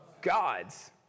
Gods